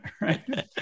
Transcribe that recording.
right